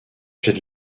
j’ai